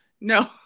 No